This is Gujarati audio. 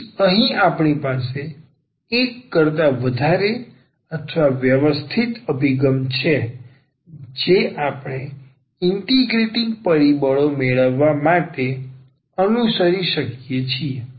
તેથી અહીં આપણી પાસે એક કરતા વધારે અથવા વ્યવસ્થિત અભિગમ છે જે આપણે ઇન્ટિગરેટિંગ પરિબળો મેળવવા માટે અનુસરી શકીએ છીએ